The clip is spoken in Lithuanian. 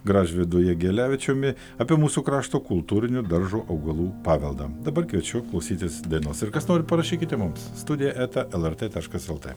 gražvydu jegelevičiumi apie mūsų krašto kultūrinių daržo augalų paveldą dabar kviečiu klausytis dainos ir kas nori parašykite mums studija eta lrt taškas lt